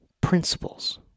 principles